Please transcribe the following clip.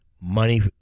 money